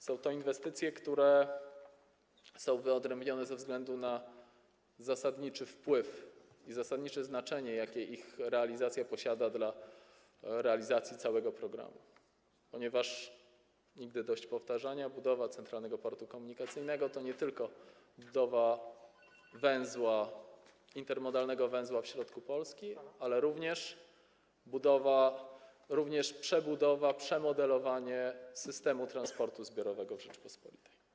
Są to inwestycje, które są wyodrębnione ze względu na zasadniczy wpływ i zasadnicze znaczenie, jakie ich realizacja posiada dla realizacji całego programu, ponieważ - nigdy dość powtarzania - budowa Centralnego Portu Komunikacyjnego to nie tylko budowa intermodalnego węzła w środku Polski, ale również budowa, przebudowa i przemodelowanie systemu transportu zbiorowego w Rzeczypospolitej.